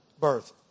birth